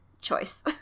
choice